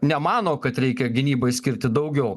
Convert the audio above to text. nemano kad reikia gynybai skirti daugiau